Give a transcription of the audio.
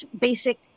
basic